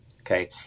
Okay